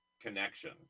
Connection